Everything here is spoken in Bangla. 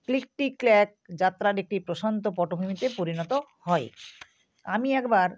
ক্লিকেটি ক্ল্যাক যাত্রার একটি প্রশান্ত পটভূমিতে পরিণত হয় আমি একবার